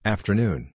Afternoon